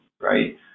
right